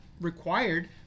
required